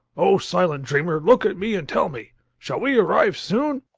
oh, silent dreamer, look at me and tell me shall we arrive soon?